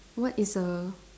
what is a